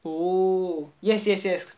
oh yes yes yes